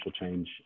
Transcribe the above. change